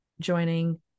joining